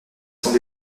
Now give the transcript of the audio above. sont